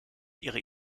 ihre